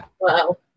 Wow